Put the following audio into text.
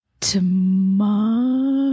Tomorrow